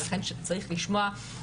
ולכן, צריך לשמוע.